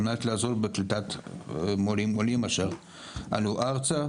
על מנת לעזור למורים אשר עלו ארצה,